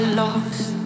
lost